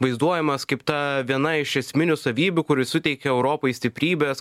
vaizduojamas kaip ta viena iš esminių savybių kuri suteikia europai stiprybės